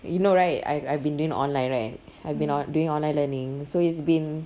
you know right I I've been doing online right I've been on doing online learning so it's been